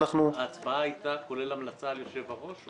ההצבעה היתה כולל המלצה על יושב-הראש?